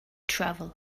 travel